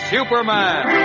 Superman